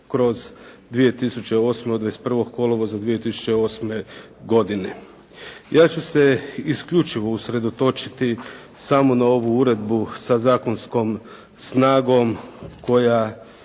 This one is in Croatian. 96/2008, od 21. kolovoza 2008. godine. Ja ću se isključivo usredotočiti samo na ovu uredbu sa zakonskom snagom koja